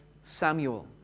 Samuel